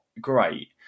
great